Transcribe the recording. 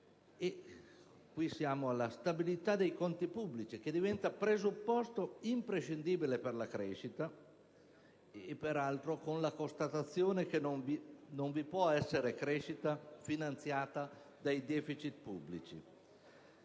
arriviamo alla stabilità dei conti pubblici, che diventa presupposto imprescindibile per la crescita, peraltro con la constatazione che non vi può essere crescita finanziata dai deficit pubblici.